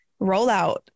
rollout